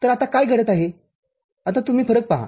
तरआता काय घडत आहे आता तुम्ही फरक पहा